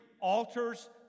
altars